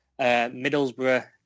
Middlesbrough